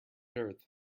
earth